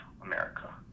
America